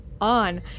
on